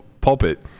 pulpit